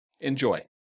Enjoy